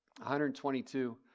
122